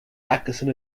atkinson